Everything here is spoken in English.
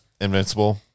invincible